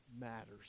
matters